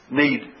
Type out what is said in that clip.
need